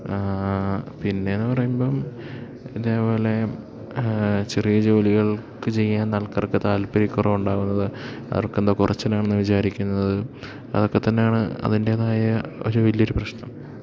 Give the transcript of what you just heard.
പിന്നെ എന്ന് പറയുമ്പം ഇതേപോലെ ചെറിയ ജോലികൾക്ക് ചെയ്യാൻ ആൾക്കാർക്ക് താല്പര്യക്കുറവുണ്ടാവുന്നത് അവർക്കെന്തോ കുറച്ചിലാണെന്ന് വിചാരിക്കുന്നത് അതൊക്കെ തന്നെയാണ് അതിന്റേതായ ഒരു വലിയ ഒരു പ്രശ്നം